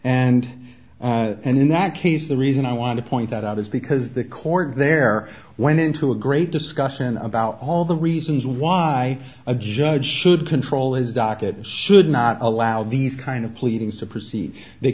and and in that case the reason i want to point that out is because the court there went into a great discussion about all the reasons why a judge should control as docket should not allow these kind of pleadings to proceed they